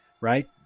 right